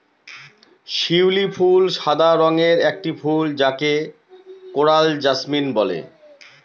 শিউলি ফুল সাদা রঙের একটি ফুল যাকে কোরাল জাসমিন বলে